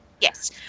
Yes